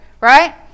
Right